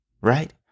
right